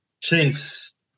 Chiefs